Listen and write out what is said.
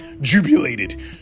jubilated